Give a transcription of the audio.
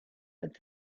but